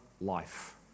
life